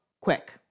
quick